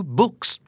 books